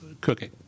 cooking